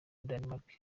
denmark